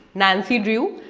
nancy drew,